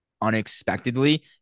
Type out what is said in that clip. unexpectedly